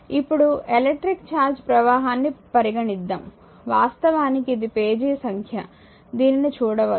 ఇప్పుడు electric charge ప్రవాహాన్ని పరిగణిద్దాం వాస్తవానికి ఇది పేజీ సంఖ్య దీనిని చూడవద్దు